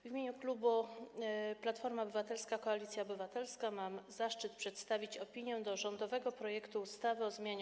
W imieniu klubu Platforma Obywatelska - Koalicja Obywatelska mam zaszczyt przedstawić opinię odnośnie do rządowego projektu ustawy o zmianie